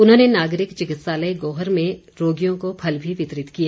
उन्होंने नागरिक चिकित्सालय गोहर में रोगियों को फल भी वितरित किए